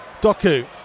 Doku